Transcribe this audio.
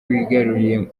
wigaruriye